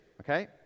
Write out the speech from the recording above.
okay